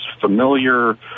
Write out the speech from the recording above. familiar